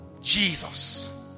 Jesus